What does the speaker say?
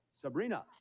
Sabrina